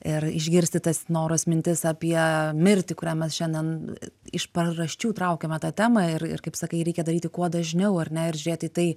ir išgirsti tas noros mintis apie mirtį kurią mes šiandien iš paraščių traukiame tą temą ir ir kaip sakai reikia daryti kuo dažniau ar ne ir žiūrėti į tai